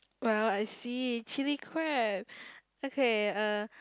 well I see chilli crab okay uh